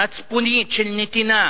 מצפונית, של נתינה.